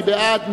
מי בעד?